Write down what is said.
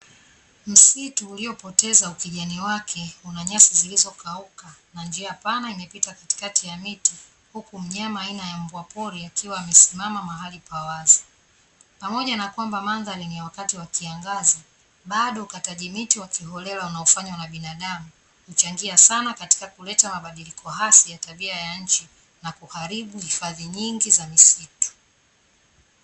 Msitu uliopoteza ukijani wake una nyasi zilizokauka na njia pana imepita katikati ya miti huku mnyama aina ya mbwa pori akiwa amesimama mahali pawazi, pamoja na kwamba mandhari ni ya wakati wa kiangazi bado ukataji miti wakiholela unaofanywa na binadamu kuchangia sana katika kuleta mabadiliko hasi ya tabia ya nchi na kuharibu hifadhi nyingi za misitu .